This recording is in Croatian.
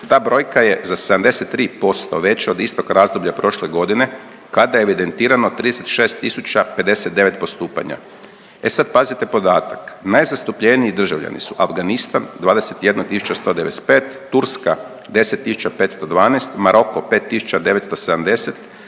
Ta brojka je za 73% veća od istog razdoblja prošle godine kada je evidentirano 36 059 postupanja. E sad pazite podatak. Najzastupljeniji državljani su Afganistan 21195, Turska 10512, Maroko 50970,